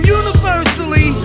universally